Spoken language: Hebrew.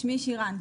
שמי שירן,